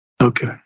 Okay